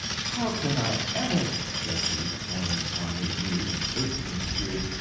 how can i ever, said he, falling upon his knees and bursting into tears,